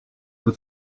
with